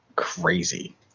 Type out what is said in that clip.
Crazy